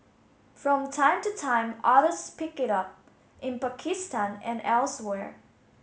from time to time others pick it up in Pakistan and elsewhere